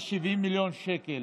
יש 70 מיליון שקל